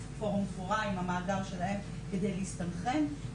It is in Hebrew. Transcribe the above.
עם פורום --- עם המאגר שלהם כדי להסתנכרן.